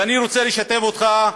אני רוצה לשתף אותך,